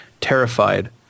terrified